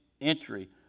entry